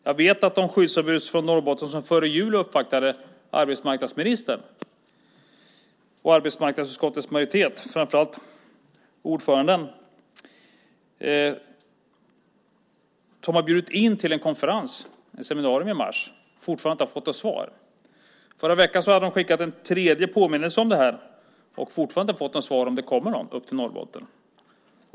Jag vet att de skyddsombud från Norrbotten som före jul uppvaktade arbetsmarknadsministern och arbetsmarknadsutskottets majoritet, framför allt ordföranden, har bjudit in till en konferens, ett seminarium, i mars men fortfarande inte har fått något svar. I förra veckan hade de skickat en tredje påminnelse om detta men fortfarande inte fått något svar om det kommer någon upp till Norrbotten.